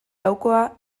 laukoa